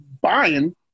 buying